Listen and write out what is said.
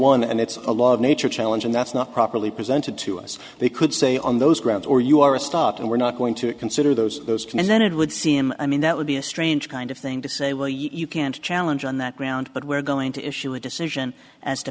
one and it's a law of nature challenge and that's not prop really presented to us they could say on those grounds or you are a start and we're not going to consider those those and then it would seem i mean that would be a strange kind of thing to say well you can't challenge on that ground but we're going to issue a decision as to